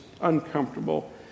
uncomfortable